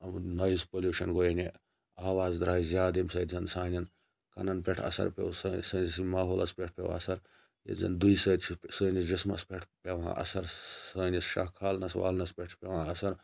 noise pollution گوٚو یعنی آواز درایہِ زیادٕ یمہِ سۭتۍ زَن سانٮ۪ن کَنَن پٮ۪ٹھ اَثَر پیٚو سٲنس ماحولَس پٮ۪ٹھ پیٚو اَثَر ییٚتہِ زَن دُہہِ سۭتۍ چھُ سٲنِس جِسمَس پٮ۪ٹھ پیٚوان اَثَر سٲنِس شاہ کھالنَس والنَس پٮ۪ٹھ چھُ پیٚوان اَثَر